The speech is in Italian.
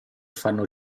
fanno